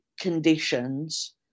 conditions